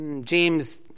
James